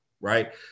right